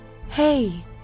hey